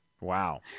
Wow